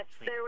Yes